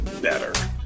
better